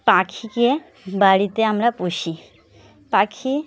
পাখিকে বাড়িতে আমরা পুষি পাখি